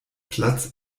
platz